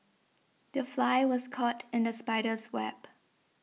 the fly was caught in the spider's web